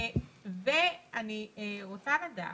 ואני רוצה לדעת,